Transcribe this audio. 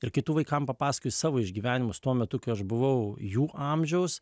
ir kai tu vaikam papasakoju savo išgyvenimus tuo metu kai aš buvau jų amžiaus